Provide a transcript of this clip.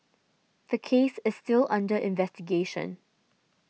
the case is still under investigation